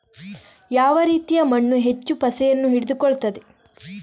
ಯಾವ ರೀತಿಯ ಮಣ್ಣು ಹೆಚ್ಚು ಪಸೆಯನ್ನು ಹಿಡಿದುಕೊಳ್ತದೆ?